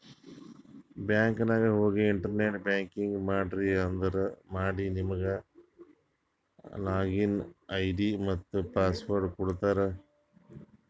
bank ನಾಗ್ ಹೋಗಿ internet banking ಮಾಡ್ರಿ ಅಂದುರ್ ಮಾಡಿ ನಿಮುಗ್ ಲಾಗಿನ್ ಐ.ಡಿ ಮತ್ತ ಪಾಸ್ವರ್ಡ್ ಕೊಡ್ತಾರ್